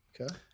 Okay